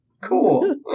Cool